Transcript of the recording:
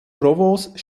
provence